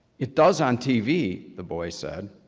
it does on tv, the boy said.